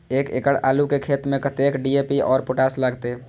एक एकड़ आलू के खेत में कतेक डी.ए.पी और पोटाश लागते?